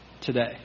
today